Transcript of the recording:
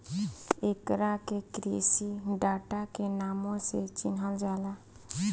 एकरा के कृषि डाटा के नामो से चिनहल जाला